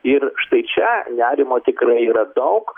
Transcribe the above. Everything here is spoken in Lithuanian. ir štai čia nerimo tikrai yra daug